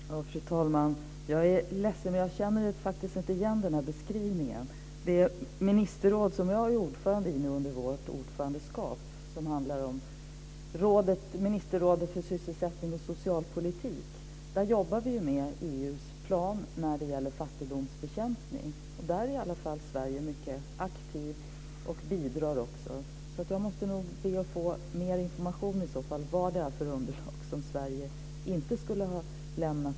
Fru talman! Jag är ledsen, men jag känner faktiskt inte igen den här beskrivningen. I det ministerråd som jag nu är ordförande för under vår ordförandeperiod, dvs. ministerrådet för sysselsättning och socialpolitik, jobbar vi med EU:s plan för fattigdomsbekämpning. I det arbetet är Sverige mycket aktivt och bidragande. Jag måste be att få mer information om vad för slags underlag som Sverige inte skulle ha lämnat in.